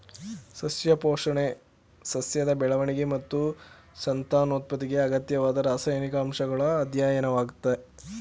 ಸಸ್ಯ ಪೋಷಣೆ ಸಸ್ಯದ ಬೆಳವಣಿಗೆ ಮತ್ತು ಸಂತಾನೋತ್ಪತ್ತಿಗೆ ಅಗತ್ಯವಾದ ರಾಸಾಯನಿಕ ಅಂಶಗಳ ಅಧ್ಯಯನವಾಗಯ್ತೆ